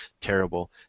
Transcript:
terrible